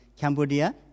Cambodia